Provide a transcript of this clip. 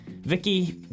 Vicky